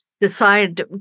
decide